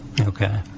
Okay